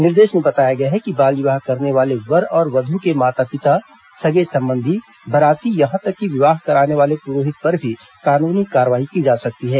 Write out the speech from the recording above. निर्देश में बताया गया है कि बाल विवाह करने वाले वर और वध् के माता पिता सगे संबंधी बाराती यहां तक कि विवाह कराने वाले पुरोहित पर भी कानूनी कार्यवाही की जा सकती है